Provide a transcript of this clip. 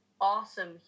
awesome